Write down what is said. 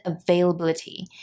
availability